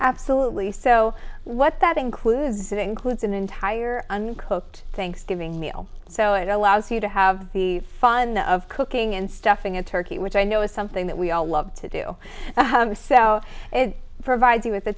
absolutely so what that includes that includes an entire uncloaked thanksgiving meal so it allows you to have the fun of cooking and stuffing a turkey which i know is something that we all love to do so it provides you with the